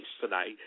tonight